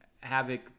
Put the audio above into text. Havoc